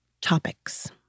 topics